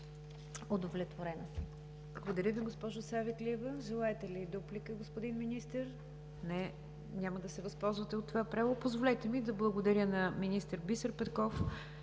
НИГЯР ДЖАФЕР: Благодаря Ви, госпожо Савеклиева. Желаете ли дуплика, господин Министър? Няма да се възползвате от това право. Позволете ми да благодаря на министър Бисер Петков